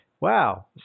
wow